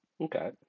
Okay